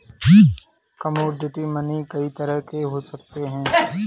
commodity money कई तरह के हो सकते हैं